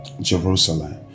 Jerusalem